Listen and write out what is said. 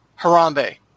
Harambe